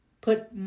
put